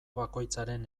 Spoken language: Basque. bakoitzaren